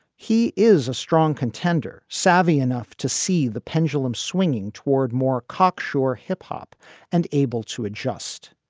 he is a strong contender. savvy enough to see the pendulum swinging toward more cocksure hip hop and able to adjust.